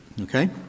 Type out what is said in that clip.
okay